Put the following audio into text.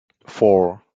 four